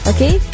Okay